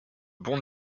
bon